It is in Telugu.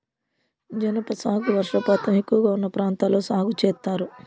జనప సాగు వర్షపాతం ఎక్కువగా ఉన్న ప్రాంతాల్లో సాగు చేత్తారు